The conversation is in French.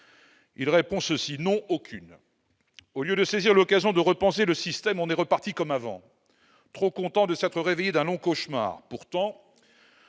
il répond ceci n'ont aucune au lieu de saisir l'occasion de repenser le système, on est reparti comme avant, trop content de s'être réveillé d'un long cauchemar, pourtant,